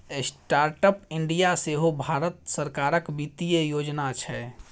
startup India सेहो भारत सरकारक बित्तीय योजना छै